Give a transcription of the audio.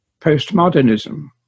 postmodernism